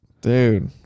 dude